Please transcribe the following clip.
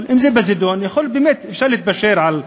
אם זה בזדון אפשר להתפשר על משהו,